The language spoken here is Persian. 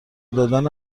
دادن